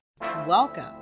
Welcome